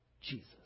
Jesus